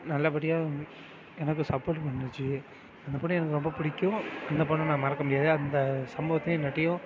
நல்லபடியாக எனக்கு சப்போட் பண்ணுச்சு அந்த பொண்ணு எனக்கு ரொம்ப பிடிக்கும் அந்த பொண்ணு நான் மறக்க முடியாது அந்த சம்பவத்தையும்